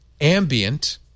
ambient